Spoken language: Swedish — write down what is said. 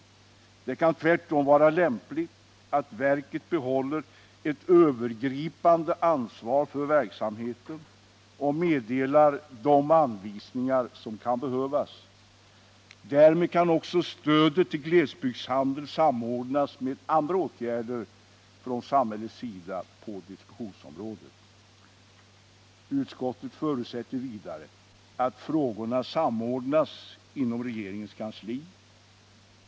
Det kan tvärtom vara lämpligt att verket behåller ett övergripande ansvar för verksamheten och meddelar de anvisningar som kan behövas. Därmed kan också stödet till glesbygdshandeln samordnas med andra åtgärder från samhällets sida på distributionsområdet. Utskottet förutsätter vidare att frågorna samordnas inom regeringens kansli.